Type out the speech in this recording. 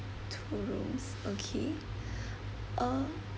two rooms okay uh